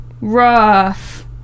rough